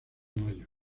mayo